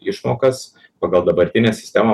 išmokas pagal dabartinę sistemą